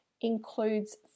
includes